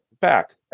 back